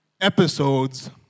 episodes